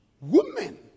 women